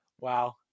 Wow